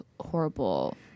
horrible –